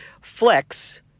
flex